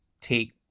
take